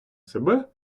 себе